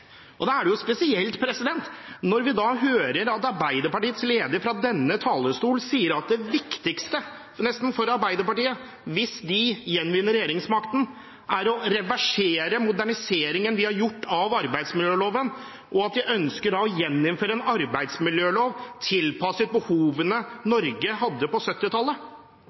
har. Da er det spesielt når vi hører at Arbeiderpartiets leder fra denne talerstol sier at nesten det viktigste for Arbeiderpartiet, hvis de gjenvinner regjeringsmakten, er å reversere moderniseringen vi har gjort av arbeidsmiljøloven, og at de ønsker å gjeninnføre en arbeidsmiljølov tilpasset behovene Norge hadde på